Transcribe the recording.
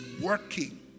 working